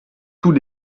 tout